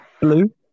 blue